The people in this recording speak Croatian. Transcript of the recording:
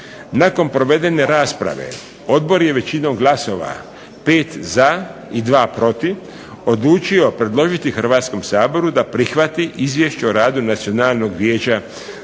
Nakon provedene rasprave odbor je većinom glasova 5 za i 2 protiv odlučio predložiti Hrvatskom saboru da prihvati Izvješće o radu Nacionalnog vijeća